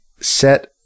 set